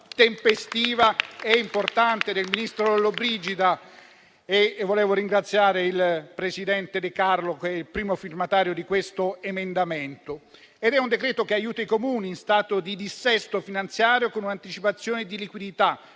tempestiva e importante del ministro Lollobrigida, e desidero ringraziare il presidente De Carlo, primo firmatario di questo emendamento. È un decreto che aiuta i Comuni in stato di dissesto finanziario, con un'anticipazione di liquidità